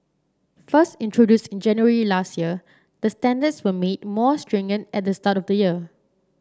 first introduced in January last year the standards were made more stringent at the start of the year